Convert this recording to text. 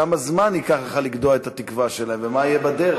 כמה זמן ייקח לך לגדוע את התקווה שלהם ומה יהיה בדרך.